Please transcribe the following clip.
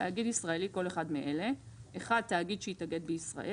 "תאגיד ישראלי" כל אחד מאלה: (1) תאגיד שהתאגד בישראל,